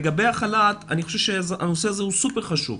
לגבי החל"ת, אני חושב שהנושא סופר-חשוב.